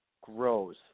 grows